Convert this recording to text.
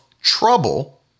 trouble